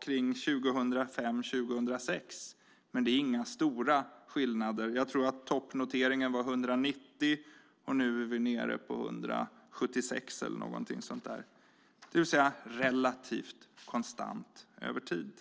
kring åren 2005 och 2006, men det är inga stora skillnader. Jag tror att toppnoteringen var 190 anställda. Nu är vi nere på 176 anställda eller något sådant - det vill säga ett relativt konstant antal över tid.